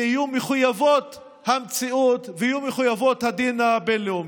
שיהיו מחויבות המציאות ויהיו מחויבות הדין הבין-לאומי.